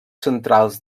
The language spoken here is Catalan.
centrals